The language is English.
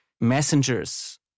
messengers